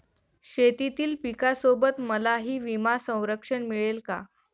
शेतीतील पिकासोबत मलाही विमा संरक्षण मिळेल का?